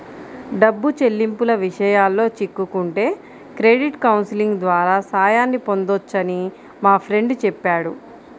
డబ్బు చెల్లింపుల విషయాల్లో చిక్కుకుంటే క్రెడిట్ కౌన్సిలింగ్ ద్వారా సాయాన్ని పొందొచ్చని మా ఫ్రెండు చెప్పాడు